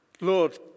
Lord